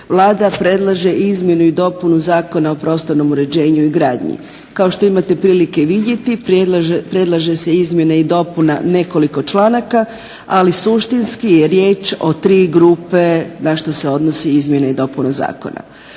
Vlada predlaže izmjenu i dopunu Zakona o prostornom uređenju i gradnji. Kao što imate prilike vidjeti predlaže se izmjena i dopuna nekoliko članaka, ali suštinski je riječ o tri grupe na što se odnosi izmjena i dopuna zakona.